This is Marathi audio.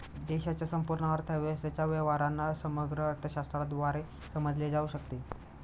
देशाच्या संपूर्ण अर्थव्यवस्थेच्या व्यवहारांना समग्र अर्थशास्त्राद्वारे समजले जाऊ शकते